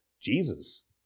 Jesus